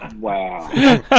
Wow